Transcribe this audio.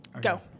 go